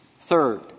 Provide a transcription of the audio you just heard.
Third